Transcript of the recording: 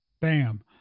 Bam